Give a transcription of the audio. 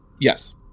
Yes